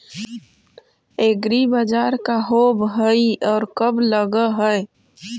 एग्रीबाजार का होब हइ और कब लग है?